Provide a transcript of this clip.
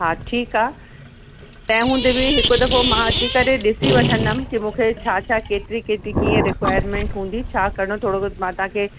हा ठीकु आहे तंहिं हूंदे बि हिक दफ़ो मां अची करे ॾिसी वठंदमि कि मुखे छा छा केतरी केतरी कीअं रिक्वायर्मेंट हूंदी छा करिणो थोरो सो मां तव्हांखे